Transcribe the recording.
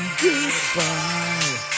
goodbye